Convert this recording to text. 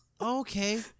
Okay